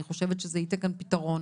אני חושבת שזה ייתן כאן פתרון